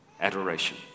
adoration